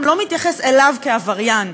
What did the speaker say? לא מתייחס אליו כעבריין,